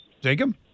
Jacob